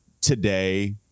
today